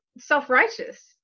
self-righteous